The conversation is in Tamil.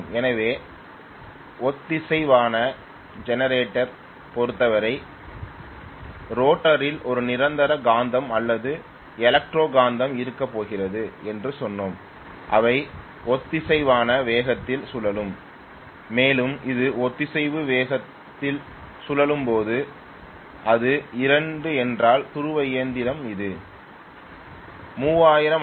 எனவே ஒத்திசைவான ஜெனரேட்டரைப் பொறுத்தவரை ரோட்டரில் ஒரு நிரந்தர காந்தம் அல்லது எலக்ட்ரோ காந்தம் இருக்கப் போகிறது என்று சொன்னோம் அவை ஒத்திசைவான வேகத்தில் சுழலும் மேலும் அது ஒத்திசைவு வேகத்தில் சுழலும் போது அது 2 என்றால் துருவ இயந்திரம் இது 3000 ஆர்